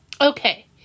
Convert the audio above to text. Okay